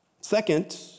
Second